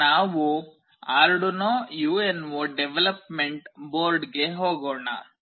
ಈಗ ನಾವು Arduino UNO development ಬೋರ್ಡ್ಗೆ ಹೋಗೋಣ